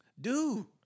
Dude